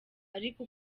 ariko